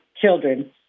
children